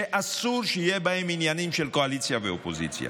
שאסור שיהיה בהם עניינים של קואליציה ואופוזיציה.